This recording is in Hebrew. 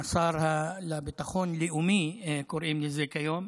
השר לביטחון לאומי קוראים לזה כיום,